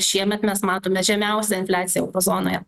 šiemet mes matome žemiausią infliaciją euro zonoje